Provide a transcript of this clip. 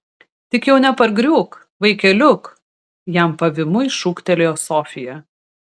tik jau nepargriūk vaikeliuk jam pavymui šūktelėjo sofija